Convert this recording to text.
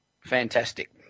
Fantastic